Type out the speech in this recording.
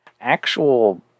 actual